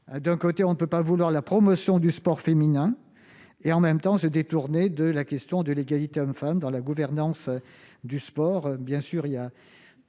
cohérents. On ne peut pas vouloir la promotion du sport féminin et, en même temps, se détourner de la question de l'égalité hommes-femmes dans la gouvernance du sport. Il y a